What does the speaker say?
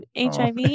HIV